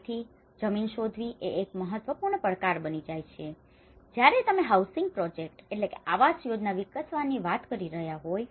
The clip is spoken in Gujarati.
તેથી જમીન શોધવી એ એક મહત્વપૂર્ણ પડકાર બની જાય છે જ્યારે તમે હાઉસિંગ પ્રોજેક્ટ housing project આવાસ યોજના વિકસાવવાની વાત કરી રહ્યા હોય